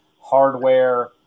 hardware